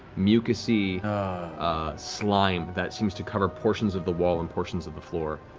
mucus-y slime that seems to cover portions of the wall and portions of the floor.